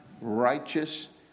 righteous